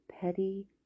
petty